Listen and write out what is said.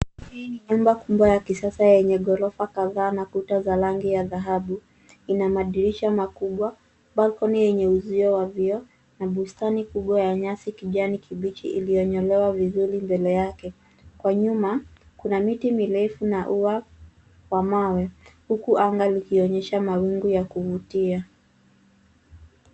Hii ni nyumba kubwa ya kisasa yenye ghorofa kadhaa na kuta za rangi ya dhahabu. Ina madirisha makubwa, balcony yenye uzio wa vioo na bustani kubwa ya nyasi kijani kibichi iliyonyolewa vizuri mbele yake. Kwa nyuma, kuna miti mirefu na ua wa mawe huku anga likionyesha mawingu ya kuvutia.